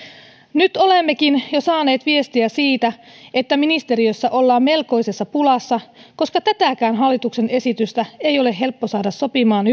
nyt olemmekin jo saaneet viestiä siitä että ministeriössä ollaan melkoisessa pulassa koska tätäkään hallituksen esitystä ei ole helppo saada sopimaan